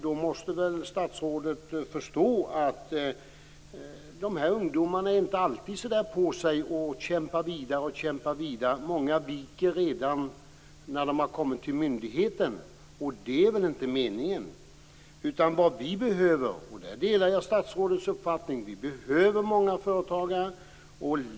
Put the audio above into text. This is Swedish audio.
Då måste väl statsrådet förstå att dessa ungdomar står inte alltid på sig och kämpar vidare. Många viker redan när de kommit till myndigheten, och det är inte meningen. Vad landet behöver - och där delar jag statsrådets uppfattning - är många företagare.